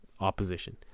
opposition